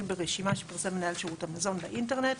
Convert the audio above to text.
ברשימה שפרסם מנהל שירות המזון באינטרנט,